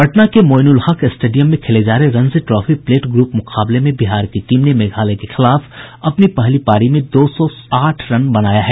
पटना के मोईनुलहक स्टेडियम में खेले जा रहे रणजी ट्रॉफी प्लेट ग्रूप मुकाबले में बिहार की टीम ने मेघालय के खिलाफ अपनी पहली पारी में दो सौ आठ रन बनाया है